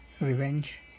revenge